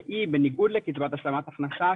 שהיא בניגוד לקצבת השלמת הכנסה,